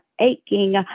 aching